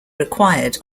required